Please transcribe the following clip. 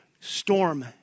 storm